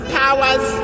powers